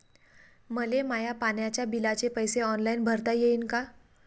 मले माया पाण्याच्या बिलाचे पैसे ऑनलाईन भरता येईन का?